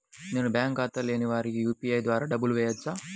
నేను బ్యాంక్ ఖాతా లేని వారికి యూ.పీ.ఐ ద్వారా డబ్బులు వేయచ్చా?